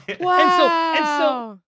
Wow